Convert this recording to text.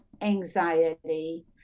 anxiety